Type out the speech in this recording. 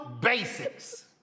basics